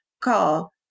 call